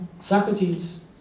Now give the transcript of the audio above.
Socrates